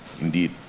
indeed